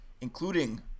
including